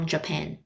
Japan